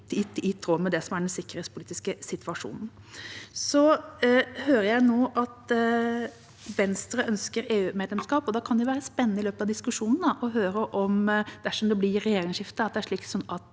det som er den sikkerhetspolitiske situasjonen. Jeg hører nå at Venstre ønsker EU-medlemskap, og da kan det være spennende i løpet av diskusjonen å høre om – dersom det